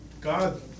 God